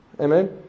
Amen